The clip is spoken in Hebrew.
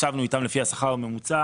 ישבנו איתם לפי השכר הממוצע,